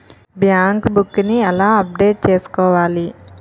Bank book నీ ఎలా update చేసుకోవాలి?